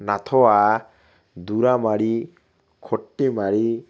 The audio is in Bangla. নাথোয়া দুরামারি খট্টিমারি